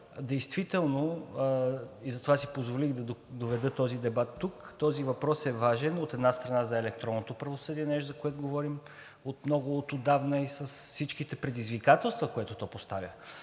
Действително и затова си позволих да доведа този дебат тук. Този въпрос е важен, от една страна, за електронното правосъдие – нещо, за което говорим много от отдавна и с всичките предизвикателства, които то поставя.